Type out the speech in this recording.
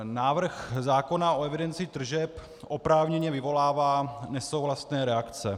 Návrh zákona o evidenci tržeb oprávněně vyvolává nesouhlasné reakce.